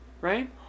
right